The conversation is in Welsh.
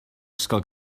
ysgol